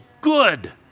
good